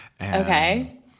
Okay